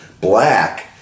Black